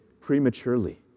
prematurely